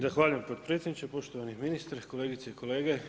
Zahvaljujem potpredsjedniče, poštovani ministre, kolegice i kolege.